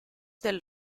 del